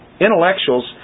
Intellectuals